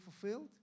fulfilled